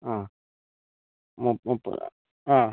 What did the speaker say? ആ മുപ്പതാ ആ